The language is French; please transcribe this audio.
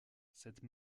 cette